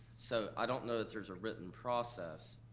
so i don't know that there's a written process.